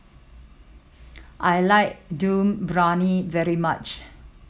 I like Dum Briyani very much